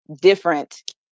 different